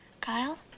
Kyle